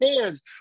hands